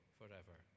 forever